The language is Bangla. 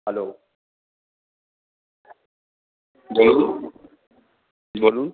হ্যালো বলুন